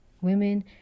women